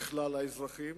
ככלל האזרחים,